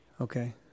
okay